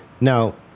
Now